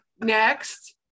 Next